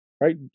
right